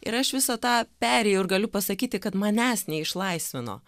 ir aš visą tą perėjau ir galiu pasakyti kad manęs neišlaisvino